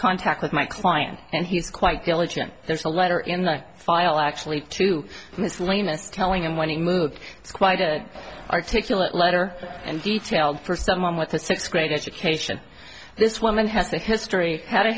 contact with my client and he is quite diligent there's a letter in the file actually to miss alina's telling him when he moved it's quite a articulate letter and detail for someone with a sixth grade education this woman has a history had a